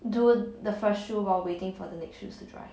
do the first shoe while waiting for the next shoes to dry